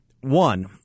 One